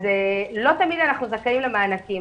אז לא תמיד אנחנו זכאים למענקים.